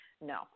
No